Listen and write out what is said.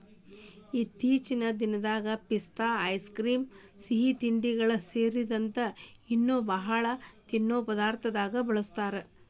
ಇತ್ತೇಚಿನ ದಿನದಾಗ ಪಿಸ್ತಾಗಳನ್ನ ಐಸ್ ಕ್ರೇಮ್, ಸಿಹಿತಿಂಡಿಗಳು ಸೇರಿದಂಗ ಇನ್ನೂ ಬಾಳ ತಿನ್ನೋ ಪದಾರ್ಥದಾಗ ಬಳಸ್ತಾರ